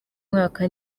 mwaka